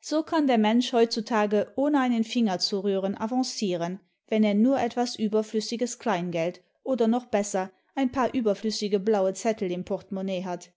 so kann der mensch heutzutage ohne einen finger zu rühren avancieren wenn er nur etwas übeiflüssiges kleingeld oder noch besser ein paar überflüssige blaue zettel im portemonnaie hat